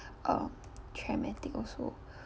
uh traumatic also